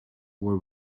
were